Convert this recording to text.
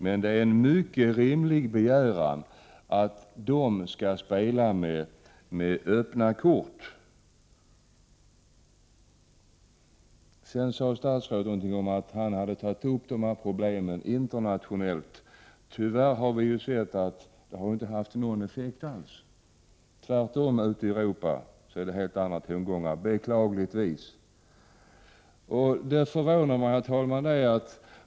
Men det är en mycket rimlig begäran att de skall spela med öppna kort. Statsrådet sade även att han hade tagit upp dessa problem internationellt. Tyvärr har vi sett att det inte har haft någon effekt alls. Tvärtom är det helt andra tongångar ute i Europa — beklagligtvis. Det är något som förvånar mig, herr talman.